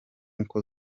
uko